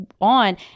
on